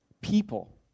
people